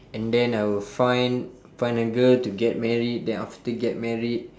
and then I will find find a girl to get married then after get married